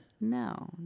No